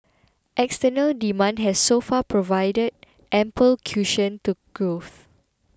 external demand has so far provided ample cushion to growth